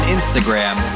Instagram